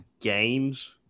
games